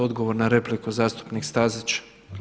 Odgovor na repliku, zastupnik Stazić.